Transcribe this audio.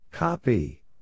Copy